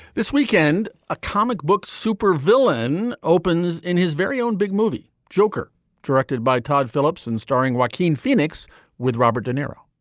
this weekend a comic book super villain opens in his very own big movie joker directed by todd phillips and starring rockin phoenix with robert deniro.